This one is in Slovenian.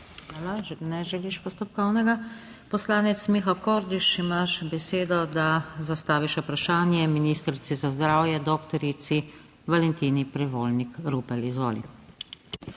Ne želiš postopkovnega. Poslanec Miha Kordiš, imaš besedo, da zastaviš vprašanje ministrici za zdravje dr. Valentini Prevolnik Rupel. Izvoli.